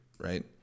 right